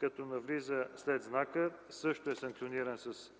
като навлиза след знака и също е санкциониран с